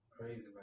crazy